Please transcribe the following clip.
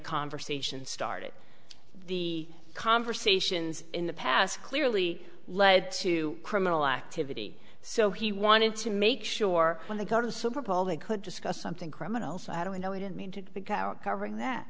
conversation started the conversations in the past clearly lead to criminal activity so he wanted to make sure when they go to the super bowl they could discuss something criminal so how do we know he didn't mean to go out covering that